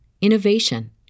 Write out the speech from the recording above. innovation